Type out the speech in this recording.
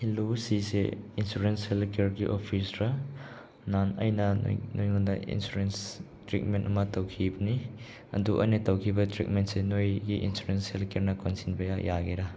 hello ꯁꯤꯁꯦ insurance ꯁꯦꯂꯦꯛꯇꯔꯒꯤ official ꯅꯍꯥꯟ ꯑꯩꯅ ꯅꯣꯏꯉꯣꯟꯗ ꯏꯟꯁꯨꯔꯦꯟꯁ ꯇ꯭ꯔꯤꯠꯃꯦꯟ ꯑꯃ ꯇꯧꯈꯤꯕꯅꯤ ꯑꯗꯨ ꯑꯩꯅ ꯇꯧꯈꯤꯕ ꯇ꯭ꯔꯤꯠꯃꯦꯟꯁꯦ ꯅꯣꯏꯒꯤ ꯏꯟꯁꯨꯔꯦꯟꯁ ꯁꯦꯂꯤꯀꯦꯞꯅ ꯀꯣꯟꯁꯤꯟꯕ ꯌꯥꯒꯦꯔꯥ